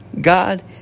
God